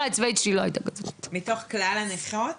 מתוך כלל הנכות